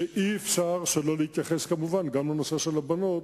שאי-אפשר שלא להתייחס, כמובן, גם לנושא של הבנות,